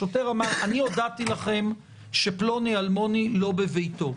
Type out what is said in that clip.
השוטר אמר אני הודעתי לכם שפלוני אלמוני לא בביתו.